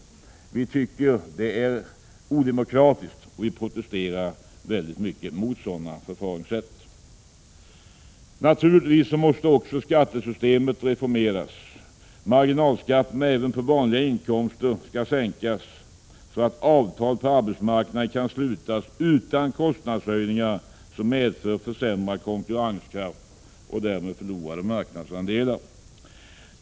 Vi tycker att detta är odemokratiskt, och vi protesterar starkt mot ett sådant förfaringssätt. Naturligtvis måste också skattesystemet reformeras. Marginalskatterna även på vanliga inkomster skall sänkas så att avtal på arbetsmarknaden kan slutas utan kostnadshöjningar som medför försämrad konkurrenskraft och därigenom förlorade marknadsandelar.